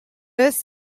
his